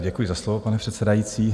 Děkuji za slovo, pane předsedající.